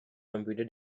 computer